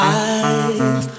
eyes